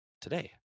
today